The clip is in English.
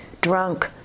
Drunk